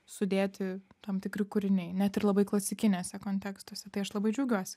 sudėti tam tikri kūriniai net ir labai klasikiniuose kontekstuose tai aš labai džiaugiuosi